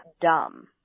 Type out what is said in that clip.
dumb